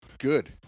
Good